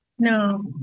No